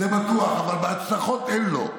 זה בטוח, אבל הצלחות אין לו.